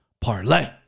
parlay